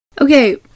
okay